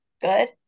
good